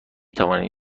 توانید